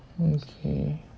okay